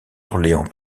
orléans